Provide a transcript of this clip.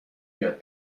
یاد